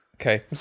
Okay